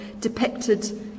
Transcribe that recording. depicted